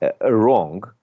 wrong